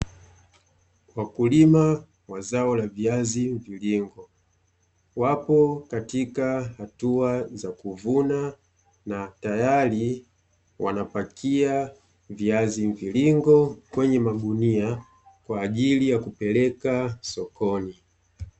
Wakulima wa zao la viazi mviringo, wapo katika hatua za kuvuna na tayari wanapakia viazi mviringo kwenye magunia kwa ajili ya kupeleka sokoni.